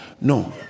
no